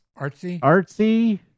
artsy